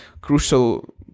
crucial